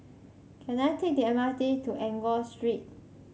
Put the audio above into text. can I take the M R T to Enggor Street